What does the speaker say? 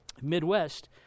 Midwest